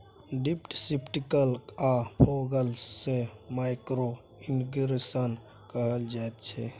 drippers, sprinkle आ foggers सँ micro irrigation कहल जाइत छै